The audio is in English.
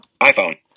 iPhone